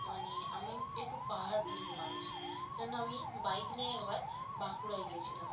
মানে আমি একটু পাহাড় প্রেমী মানুষ সেই জন্য আমি বাইক নিয়ে একবার বাঁকুড়ায় গিয়েছিলাম